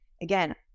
again